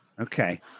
Okay